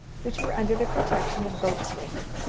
which were under the protection of boatswain,